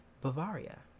Bavaria